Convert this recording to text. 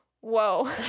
Whoa